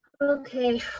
Okay